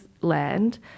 land